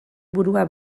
burua